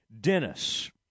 Dennis